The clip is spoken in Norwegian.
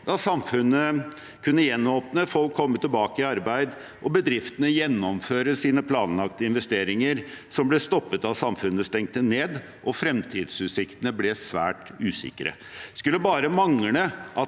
da samfunnet kunne gjenåpne, folk komme tilbake i arbeid og bedriftene gjennomføre sine planlagte investeringer, som ble stoppet da samfunnet stengte ned og fremtidsutsiktene ble svært usikre. Det skulle bare mangle at